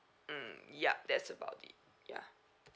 mm yup that's about it ya